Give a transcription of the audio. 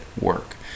work